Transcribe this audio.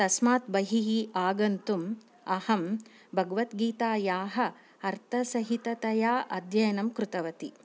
तस्मात् बहिः आगन्तुम् अहं भगवद्गीतायाः अर्थसहिततया अध्ययनं कृतवती